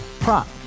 Prop